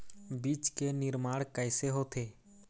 बीज के निर्माण कैसे होथे?